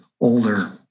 older